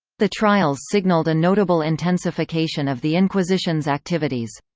the trials signaled a notable intensification of the inquisition's activities.